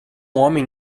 homem